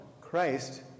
Christ